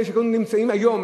אלה שכבר נמצאים היום,